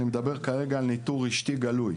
אני מדבר כרגע על ניטור רשתי גלוי,